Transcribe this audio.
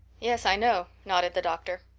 yes, i know, nodded the doctor.